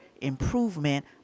improvement